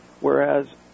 Whereas